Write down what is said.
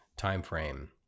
timeframe